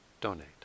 donate